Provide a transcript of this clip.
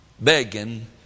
Begging